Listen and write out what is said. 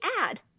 add